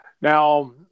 now